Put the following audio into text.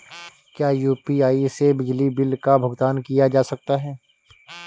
क्या यू.पी.आई से बिजली बिल का भुगतान किया जा सकता है?